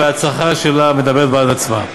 וההצלחה שלה מדברת בעד עצמה.